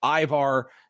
Ivar